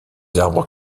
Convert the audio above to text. arbres